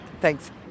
Thanks